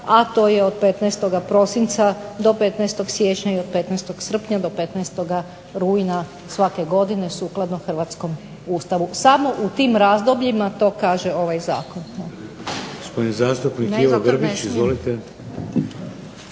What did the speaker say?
a to je od 15. Prosinca do 15. Siječnja i od 15. srpnja do 15. rujna svake godine sukladno hrvatskom Ustavu. Samo u tim razdobljima to kaže ovaj zakon.